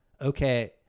okay